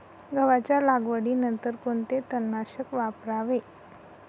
गव्हाच्या लागवडीनंतर कोणते तणनाशक वापरावे?